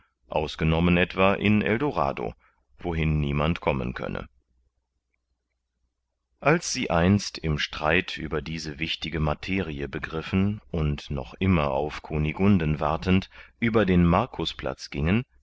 ausgenommen etwa in eldorado wohin niemand kommen könne als sie einst im streit über diese wichtige materie begriffen und noch immer auf kunigunden wartend über den marcusplatz gingen